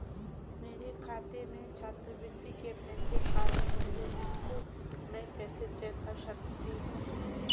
मेरे खाते में छात्रवृत्ति के पैसे आए होंगे इसको मैं कैसे चेक कर सकती हूँ?